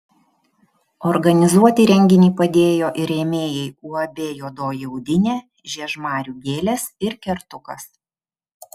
organizuoti renginį padėjo ir rėmėjai uab juodoji audinė žiežmarių gėlės ir kertukas